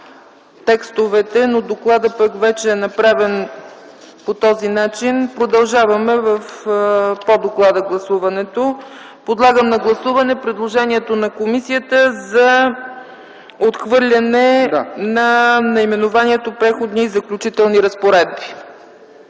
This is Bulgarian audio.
текстовете, но пък докладът вече е направен по този начин. Продължаваме с гласуването по доклада. Подлагам на гласуване предложението на комисията за отхвърляне на наименованието „Преходни и заключителни разпоредби”.